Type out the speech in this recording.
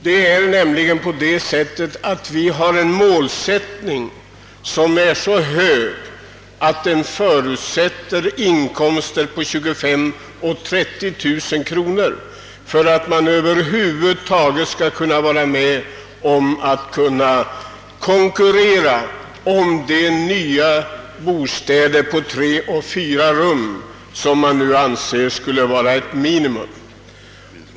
Vi har nämligen en så hög målsättning att det förutsättes inkomster på 25 000—30 000 kronor för att över huvud taget kunna konkurrera om de nya bostäder på tre å fyra rum som nu anses vara ett minimum.